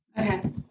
Okay